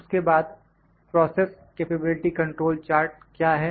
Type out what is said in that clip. उसके बाद process capability control chart क्या है